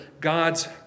God's